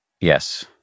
Yes